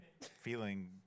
feeling